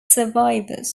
survivors